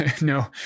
no